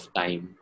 time